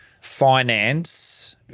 finance